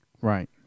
Right